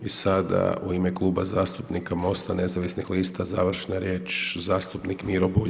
I sada u ime Kluba zastupnika MOST-a nezavisnih lista završna riječ zastupnik Miro Bulj.